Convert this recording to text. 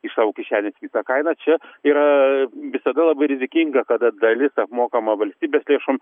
iš savo kišenės visą kainą čia yra visada labai rizikinga kada dalis apmokama valstybės lėšom